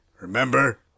Remember